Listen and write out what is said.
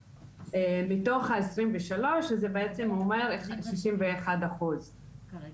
מתוך העשרים ושלוש, שזה בעצם אומר ששים ואחד אחוז.